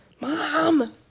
Mom